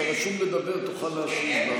אתה רשום לדבר, תוכל להשיב.